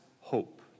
hope